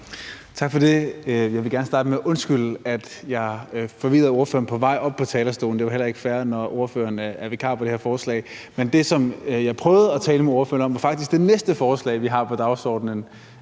Tak for det. Jeg vil gerne starte med at undskylde, at jeg forvirrede ordføreren på vej op på talerstolen; det var ikke fair, når ordføreren er vikar på det her forslag. Men det, som jeg prøvede at tale med ordføreren om, var faktisk det næste forslag, vi har på dagsordenen